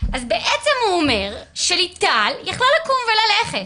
אז בעצם הוא אומר שליטל יכלה לקום וללכת